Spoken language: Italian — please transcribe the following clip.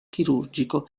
chirurgico